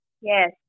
Yes